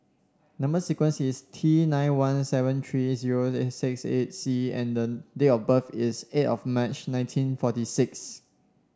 number sequence is T nine one seven three zero six eight C and the date of birth is eight of March nineteen forty six